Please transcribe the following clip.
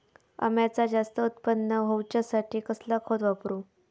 अम्याचा जास्त उत्पन्न होवचासाठी कसला खत वापरू?